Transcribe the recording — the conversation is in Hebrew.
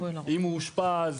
אם הוא אושפז,